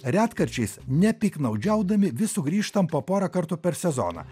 retkarčiais nepiktnaudžiaudami vis sugrįžtam po porą kartų per sezoną